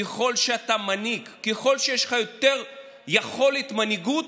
ככל שאתה מנהיג, ככל שיש לך יותר יכולת מנהיגותית,